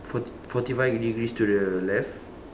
forty forty five degrees to the left